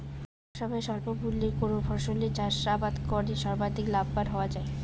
কম সময়ে স্বল্প মূল্যে কোন ফসলের চাষাবাদ করে সর্বাধিক লাভবান হওয়া য়ায়?